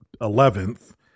eleventh